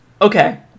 Okay